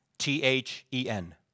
T-H-E-N